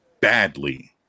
badly